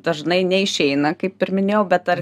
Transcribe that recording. dažnai neišeina kaip ir minėjau bet ar